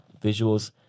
visuals